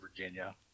Virginia